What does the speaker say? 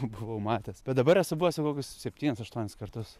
buvau matęs bet dabar esu buvęs jau kokius septynis aštuonis kartus